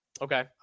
Okay